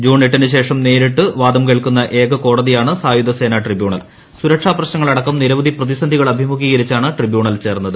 June എട്ടിനു ശേഷം നേരിട്ടും വാദം കേൾക്കുന്ന ഏക കോടതിയാണ് സായുധ സേനാ ട്രിബ്യൂണൽ സുരക്ഷ പ്രശ്നങ്ങൾ അടക്കം നിരവധി പ്രതിസന്ധികൾ അഭിമുഖീകരിച്ചാണ് ട്രിബ്യൂണൽ ചേർന്നത്